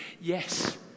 Yes